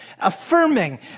affirming